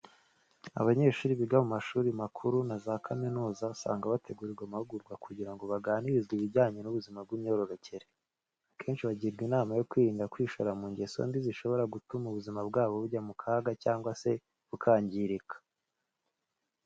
Abanyeshuri biga mu mashuri makuru na za kaminuza usanga bategurirwa amahugurwa kugira ngo baganirizwe ibijyanye n'ubuzima bw'imyororokere. Akenshi bagirwa inama yo kwirinda kwishora mu ngeso mbi zishobora gutuma ubuzima bwabo bujya mu kaga cyangwa se bukangirika.